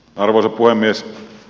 arvoisa puhemies